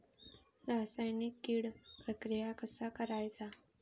रासायनिक कीड प्रक्रिया कसा करायचा?